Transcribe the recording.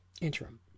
interim